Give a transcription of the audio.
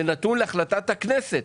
זה נתון להחלטת הכנסת.